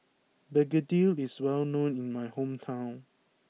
Begedil is well known in my hometown